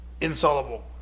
insoluble